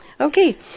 Okay